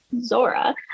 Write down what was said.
Zora